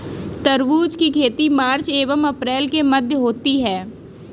तरबूज की खेती मार्च एंव अप्रैल के मध्य होती है